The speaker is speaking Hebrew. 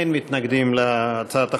מתנגדים להצעת החוק.